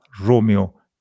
Romeo